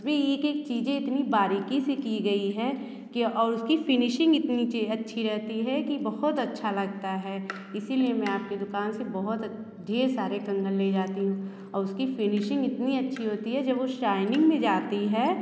उसमें एक एक चीज़ें इतनी बारीकी से की गई है कि और उसकी फिनिशिंग इतनी चे अच्छी रहती है कि बहुत अच्छा लगता हैं इसलिए मैं आपके दुकान से बहुत ढेर सारे कंगन ले जाती हूँ और उसकी फिनिशिंग इतनी अच्छी होती हैं जब वह शाइनिंग में जाती है